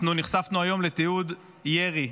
נחשפנו היום לתיעוד ירי,